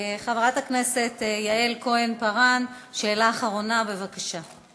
חברת הכנסת יעל כהן-פארן, שאלה אחרונה, בבקשה.